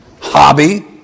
hobby